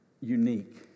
unique